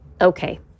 okay